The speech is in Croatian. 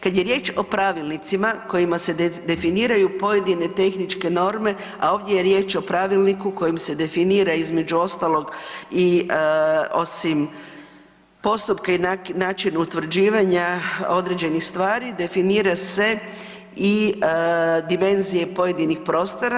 Kad je riječ o pravilnicima kojima se definiraju pojedine tehničke norme, a ovdje je riječ o pravilniku kojim se definira između ostalog i osim postupka i način utvrđivanja određenih stvari, definira se i dimenzije pojedinih prostora.